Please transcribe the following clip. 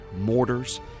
mortars